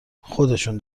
خودشون